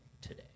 today